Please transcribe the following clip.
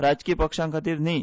राजकी पक्षांखातीर न्ही